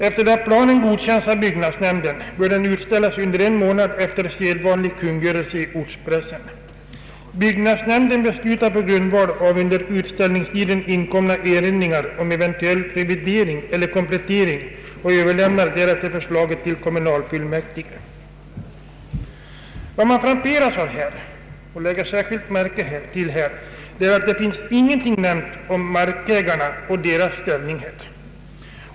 Efter det planen godkänts av byggnadsnämnden bör den utställas under en månad efter sedvanlig kungörelse i ortspressen. Byggnadsnämnden beslutar på grundval av under utställningstiden inkomna erinringar om eventuell revidering eller komplettering och överlämnar därefter förslaget till kommunalfullmäktige.” Vad man här frapperas av och särskilt lägger märke till är att ingenting nämns om markägarna och deras ställning.